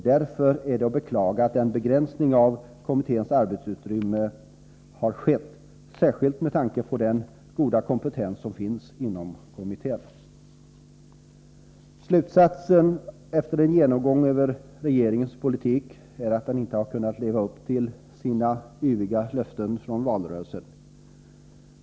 Därför är det att beklaga att en begränsning av kommitténs arbetsutrymme har skett, särskilt med tanke på den kompetens som finns inom kommittén. Slutsatsen efter en genomgång av regeringens politik är att man inte kunnat leva upp till sina yviga löften från valrörelsen.